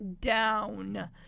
down